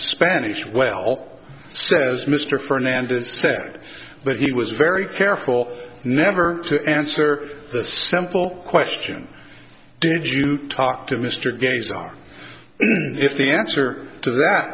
spanish well says mr fernandez said but he was very careful never to answer the simple question did you talk to mr gays are the answer to that